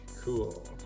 cool